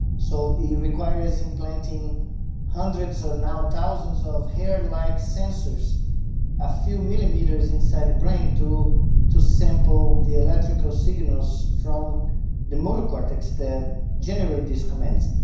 so it requires implanting hundreds or now thousands of hair-like sensors a few millimetres inside the brain to to sample the electrical signals from the motor cortex that generates these commands.